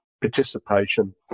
participation